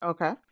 Okay